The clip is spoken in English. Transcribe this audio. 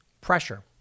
pressure